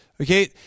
Okay